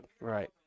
Right